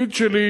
התפקיד שלי,